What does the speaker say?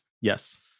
Yes